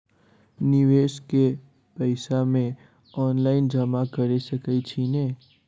निवेश केँ पैसा मे ऑनलाइन जमा कैर सकै छी नै?